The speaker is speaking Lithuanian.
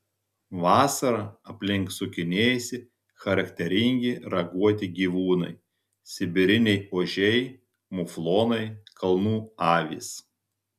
vasarą aplink sukinėjasi charakteringi raguoti gyvūnai sibiriniai ožiai muflonai kalnų avys